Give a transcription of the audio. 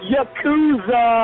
Yakuza